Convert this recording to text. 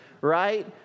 right